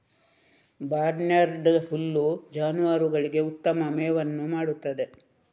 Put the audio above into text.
barnyard ಹುಲ್ಲು ಜಾನುವಾರುಗಳಿಗೆ ಉತ್ತಮ ಮೇವನ್ನು ಮಾಡುತ್ತದೆ